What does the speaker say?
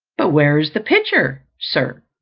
but where is the picture, sir?